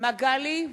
יצחק